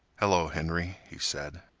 hello, henry, he said.